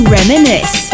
Reminisce